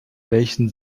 welchen